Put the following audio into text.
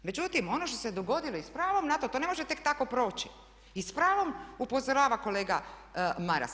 Međutim ono što se dogodilo i s pravom na to, to ne može tek tako proći, i s pravom upozorava kolega Maras.